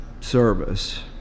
service